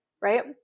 right